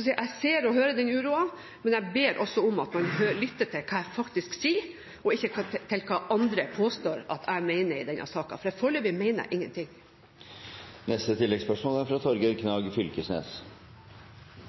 Jeg ser og hører uroen, men jeg ber også om at man lytter til hva jeg faktisk sier – ikke til hva andre påstår at jeg mener i denne saken, for foreløpig mener jeg ingenting. Torgeir Knag Fylkesnes